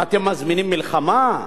ואתם מזמינים מלחמה?